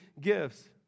gifts